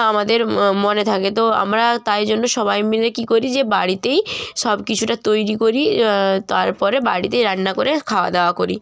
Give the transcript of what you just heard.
আমাদের মনে থাকে তো আমরা তাই জন্য সবাই মিলে কী করি যে বাড়িতেই সব কিছুটা তৈরি করি তার পরে বাড়িতেই রান্না করে খাওয়া দাওয়া করি